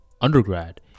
undergrad